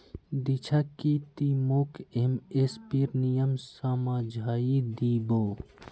दीक्षा की ती मोक एम.एस.पीर नियम समझइ दी बो